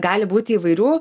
gali būti įvairių